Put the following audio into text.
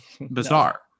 bizarre